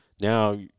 Now